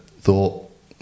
thought